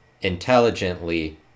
intelligently